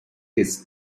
his